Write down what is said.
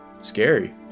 scary